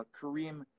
Kareem